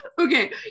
Okay